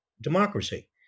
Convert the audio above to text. democracy